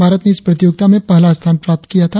भारत ने इस प्रतियोगिता में पहला स्थान प्राप्त किया था